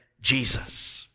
Jesus